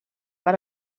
per